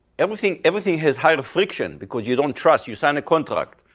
everything everything has higher affliction, because you don't trust, you signed a contract.